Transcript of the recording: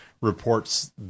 reports